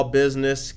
business